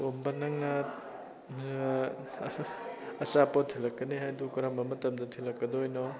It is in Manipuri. ꯇꯣꯝꯕ ꯅꯪꯅ ꯑꯆꯥꯄꯣꯠ ꯊꯤꯜꯂꯛꯀꯅꯤ ꯍꯥꯏꯕꯗꯨ ꯀꯔꯝꯕ ꯃꯇꯝꯗ ꯊꯤꯜꯂꯛꯀꯗꯣꯏꯅꯣ